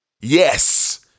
Yes